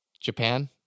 Japan